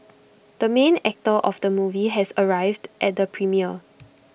the main actor of the movie has arrived at the premiere